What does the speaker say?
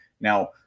Now